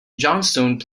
johnstone